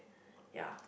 ya